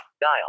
Dial